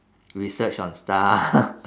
research on stuff